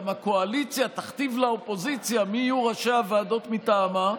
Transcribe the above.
הקואליציה תכתיב לאופוזיציה מי יהיו ראשי הוועדות מטעמה,